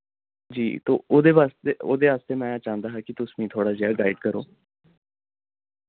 जी तो ओह्दे बास्तै ओह्दे आस्तै में चांह्दा हा कि तुस मी थोह्ड़ा जेहा गाइड करो